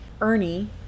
Ernie